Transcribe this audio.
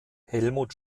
helmut